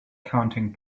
counting